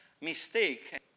mistake